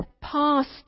passed